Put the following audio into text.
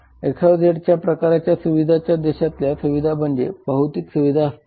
XYZ ज्या प्रकारच्या सुविधा देतातत्या सुविधा म्हणजे भौतिक सुविधा असतात